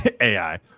ai